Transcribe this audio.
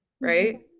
right